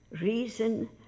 reason